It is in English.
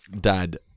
dad